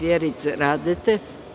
Vjerice Radete.